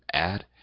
add,